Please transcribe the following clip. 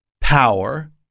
power